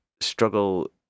struggle